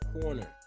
Corner